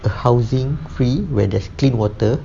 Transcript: a housing free where there's clean water